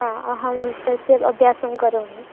आ अहं तस्य ब् अभ्यासं करोमि